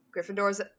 Gryffindors